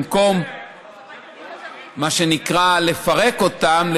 במקום מה שנקרא לפרק אותם,